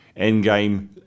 endgame